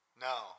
No